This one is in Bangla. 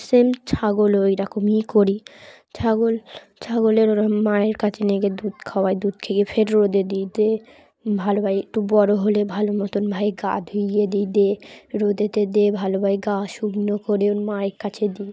সেম ছাগলও এইরকমই করি ছাগল ছাগলের ওরা মায়ের কাছে নিয়ে গিয়ে দুধ খাওয়াই দুধ খেয়ে ফের রোদে দিই দে ভালো হয় একটু বড়ো হলে ভালো মতন ভাই গা ধুইয়ে দিই দে রোদেতে দে ভালোভাবে গা শুকনো করে ওর মায়ের কাছে দিই